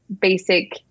basic